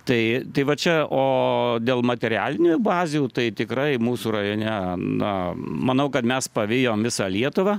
tai tai va čia o dėl materialinių bazių tai tikrai mūsų rajone na manau kad mes pavijom visą lietuvą